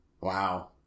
Wow